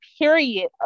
period